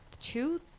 two